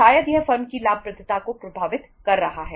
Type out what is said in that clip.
शायद यह फर्म की लाभप्रदता को प्रभावित कर रहा है